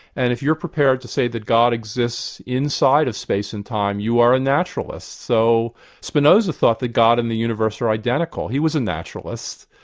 and if you're prepared to say that god exists inside of space and time, you are a naturalist. so spinoza thought that god and the universe were identical. he was a naturalist.